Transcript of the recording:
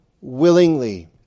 willingly